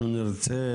אנחנו נרצה